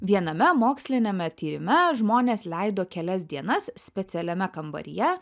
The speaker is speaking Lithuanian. viename moksliniame tyrime žmonės leido kelias dienas specialiame kambaryje